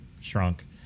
shrunk